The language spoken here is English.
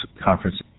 conference